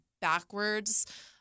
backwards